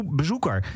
bezoeker